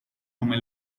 come